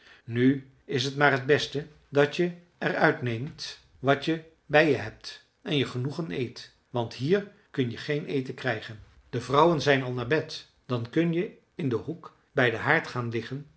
nu is t maar t beste dat je er uit neemt wat je bij je hebt en je genoegen eet want hier kun je geen eten krijgen de vrouwen zijn al naar bed dan kun je in den hoek bij den haard gaan liggen